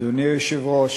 אדוני היושב-ראש,